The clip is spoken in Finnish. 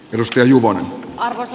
ruskea juvonen harrasti